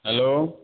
hello